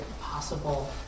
possible